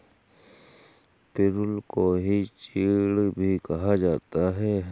पिरुल को ही चीड़ भी कहा जाता है